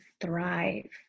thrive